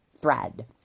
thread